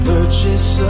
Purchase